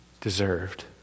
deserved